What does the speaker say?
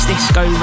Disco